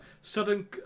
sudden